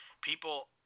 People